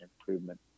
improvement